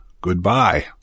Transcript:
Goodbye